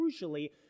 crucially